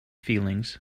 feelings